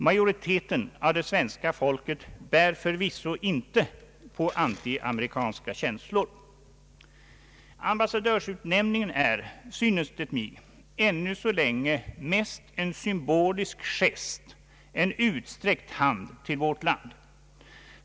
Majoriteten av det svenska folket bär förvisso inte på antiamerikanska känslor. Ambassadörsutnämningen är, synes det mig, ännu så länge mest en symbolisk gest, en utsträckt hand till vårt land.